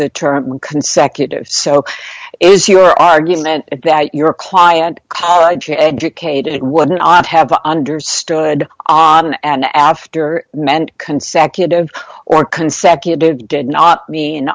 the term consecutive so is your argument that your client college educated woman not have understood odan and after meant consecutive or consecutive did not mean